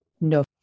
no